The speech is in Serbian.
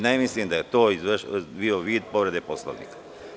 Ne mislim da je to bio vid povrede Poslovnika.